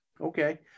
Okay